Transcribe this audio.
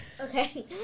okay